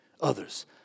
others